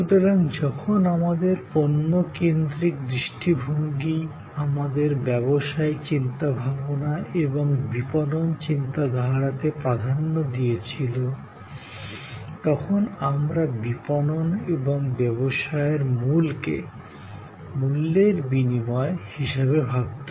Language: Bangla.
সুতরাং যখন আমাদের পণ্যকেন্দ্রিক দৃষ্টিভঙ্গি আমাদের ব্যবসায়িক চিন্তাভাবনা এবং বিপণন চিন্তাধারাতে প্রাধান্য দিয়েছিল তখন আমরা বিপণন এবং ব্যবসায়ের মূলকে মূল্যবোধের বিনিময় হিসাবে ভাবতাম